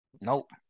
Nope